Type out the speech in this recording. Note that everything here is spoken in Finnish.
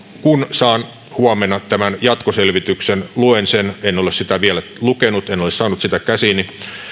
kun saan huomenna tämän jatkoselvityksen luen sen en ole sitä vielä lukenut en ole saanut sitä käsiini